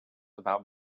about